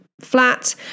flat